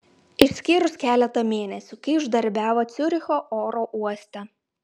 išskyrus keletą mėnesių kai uždarbiavo ciuricho oro uoste